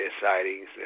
sightings